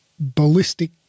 ballistic